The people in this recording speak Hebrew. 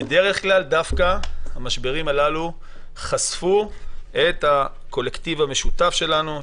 בדרך כלל דווקא חשפו את הקולקטיב המשותף שלנו,